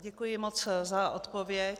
Děkuji moc za odpověď.